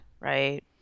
right